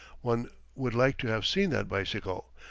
one would like to have seen that bicycle,